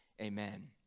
amen